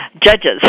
judges